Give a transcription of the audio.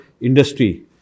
industry